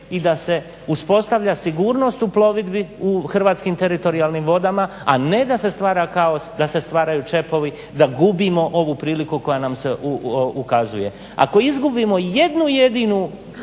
i da se uspostavlja sigurnost u plovidbi u hrvatskim teritorijalnim vodama, a ne da se stvara kaos, da se stvaraju čepovi, da gubimo ovu priliku koja nam se ukazuje. Ako izgubimo jednu jedinu